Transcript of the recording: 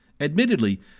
Admittedly